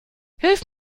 hilf